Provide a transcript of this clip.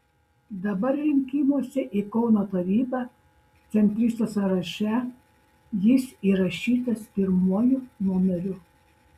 dabar rinkimuose į kauno tarybą centristų sąraše jis įrašytas pirmuoju numeriu